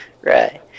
Right